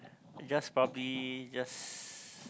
just probably just